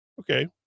okay